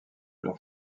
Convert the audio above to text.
leurs